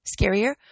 scarier